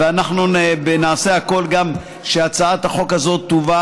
ואנחנו נעשה הכול כדי שגם הצעת החוק הזאת תובא